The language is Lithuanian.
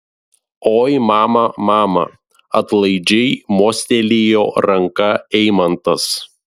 oi mama mama atlaidžiai mostelėjo ranka eimantas